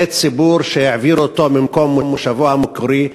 זה ציבור שהעבירו אותו ממקום מושבו המקורי,